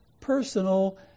personal